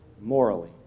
morally